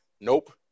Nope